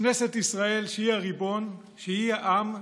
כנסת ישראל, שהיא הריבון, שהיא העם,